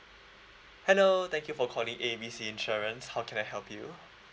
hello thank you for calling A B C insurance how can I help you